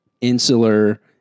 insular